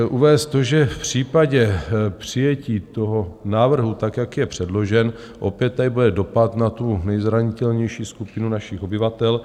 Chci uvést to, že v případě přijetí toho návrhu tak, jak je předložen, opět tady bude dopad na tu nejzranitelnější skupinu našich obyvatel.